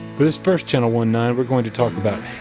but this first channel-one nine, we're going to talk about